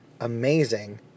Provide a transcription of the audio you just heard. amazing